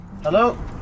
Hello